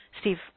Steve